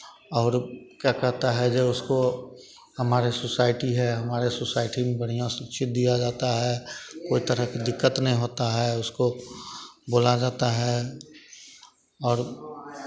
और क्या कहता है जो उसको हमारे सोसाइटी है हमारे सोसाइटी में बढ़ियाँ से उचित दिया जाता है कोई तरह के दिक्कत नहीं होता है उसको बोला जाता है और